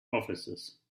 officers